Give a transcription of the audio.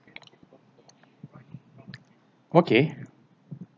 okay